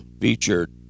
featured